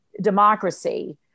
democracy